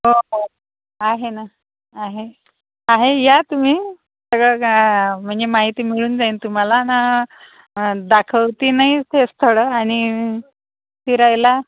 हो हो आहे ना आहे आहे या तुम्ही सगळं का म्हणजे माहिती मिळून जाईल तुम्हाला न दाखवते नाही ते स्थळं आणि फिरायला